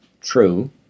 True